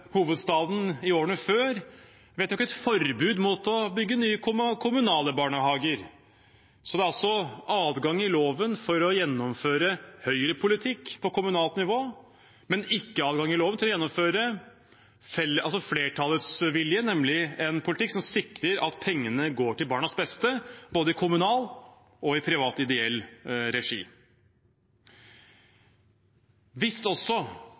et forbud mot å bygge nye kommunale barnehager. Det er altså adgang i loven til å gjennomføre høyrepolitikk på kommunalt nivå, men det er ikke adgang i loven til å gjennomføre flertallets vilje, nemlig en politikk som sikrer at pengene går til barnas beste både i kommunal og i privat ideell regi. Hvis